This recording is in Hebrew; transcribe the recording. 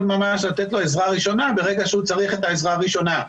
ממש לתת לו עזרה ראשונה ברגע שהוא צריך את העזרה הראשונה.